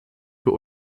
für